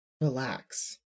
relax